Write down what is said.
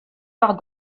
par